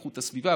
איכות הסביבה,